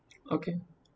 okay